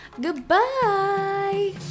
Goodbye